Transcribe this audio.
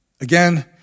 Again